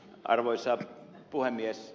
arvoisa puhemies